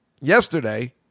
Yesterday